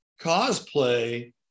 cosplay